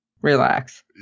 relax